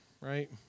right